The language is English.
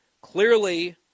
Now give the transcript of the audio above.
Clearly